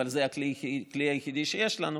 אבל זה הכלי היחידי שיש לנו,